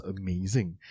amazing